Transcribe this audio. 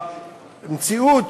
המציאות